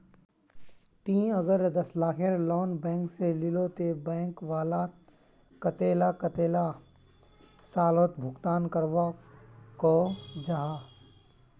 ती अगर दस लाखेर लोन बैंक से लिलो ते बैंक वाला कतेक कतेला सालोत भुगतान करवा को जाहा?